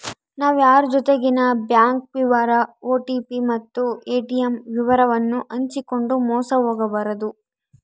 ನಾವು ಯಾರ್ ಜೊತಿಗೆನ ಬ್ಯಾಂಕ್ ವಿವರ ಓ.ಟಿ.ಪಿ ಮತ್ತು ಏ.ಟಿ.ಮ್ ವಿವರವನ್ನು ಹಂಚಿಕಂಡು ಮೋಸ ಹೋಗಬಾರದು